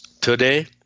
Today